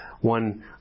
One